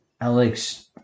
Alex